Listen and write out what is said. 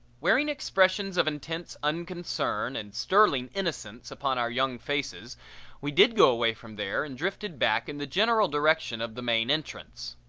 wearing expressions of intense unconcern and sterling innocence upon our young faces we did go away from there and drifted back in the general direction of the main entrance.